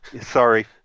Sorry